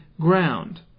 ground